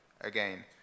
Again